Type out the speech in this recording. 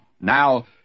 Now